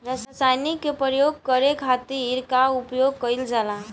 रसायनिक के प्रयोग करे खातिर का उपयोग कईल जाला?